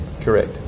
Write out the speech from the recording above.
Correct